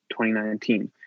2019